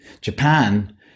Japan